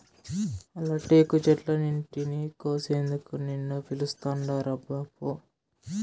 ఆల టేకు చెట్లన్నింటినీ కోసేందుకు నిన్ను పిలుస్తాండారబ్బా పో